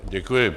Děkuji.